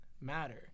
matter